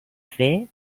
fer